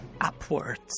upwards